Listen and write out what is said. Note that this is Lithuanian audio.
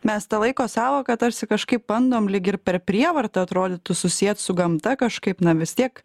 mes tą laiko sąvoką tarsi kažkaip bandom lyg ir per prievartą atrodytų susiet su gamta kažkaip na vis tiek